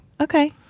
Okay